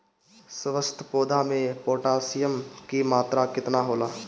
स्वस्थ पौधा मे पोटासियम कि मात्रा कितना होला?